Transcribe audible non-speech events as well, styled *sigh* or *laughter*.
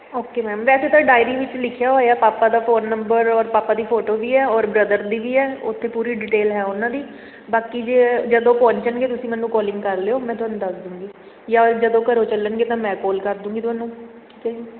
okay ma'am ਵੈਸੇ ਤਾਂ diary ਵਿੱਚ ਲਿਖਿਆ ਹੋਇਆ ਪਾਪਾ ਦਾ ਫੋਨ ਨੰਬਰ ਔਰ ਪਾਪਾ ਦੀ ਫੋਟੋ ਵੀ ਹੈ ਔਰ ਬ੍ਰਦਰ ਦੀ ਵੀ ਹੈ ਉੱਥੇ ਪੂਰੀ ਡਿਟੇਲ ਹੈ ਉਹਨਾਂ ਦੀ ਬਾਕੀ ਜੇ ਜਦੋਂ ਪਹੁੰਚਣਗੇ ਤੁਸੀਂ ਮੈਨੂੰ ਕਾਲਿੰਗ ਕਰ ਲਿਓ ਮੈਂ ਤੁਹਾਨੂੰ ਦੱਸ ਦੂਗੀ ਜਾਂ ਜਦੋਂ ਘਰੋਂ ਚੱਲਣਗੇ ਤਾਂ ਮੈਂ ਕਾਲ ਕਰ ਦੂਗੀ ਤੁਹਾਨੂੰ *unintelligible*